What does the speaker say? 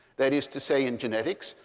that is to say, in genetics.